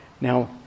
Now